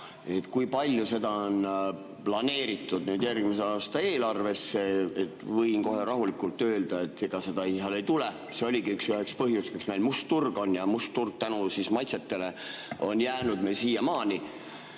Kui palju seda on planeeritud järgmise aasta eelarvesse? Võin kohe rahulikult öelda, et ega seda [raha] palju ei tule. See ongi üks põhjus, miks meil must turg on. Must turg tänu maitsetele on jäänud meil siiamaani.